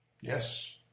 Yes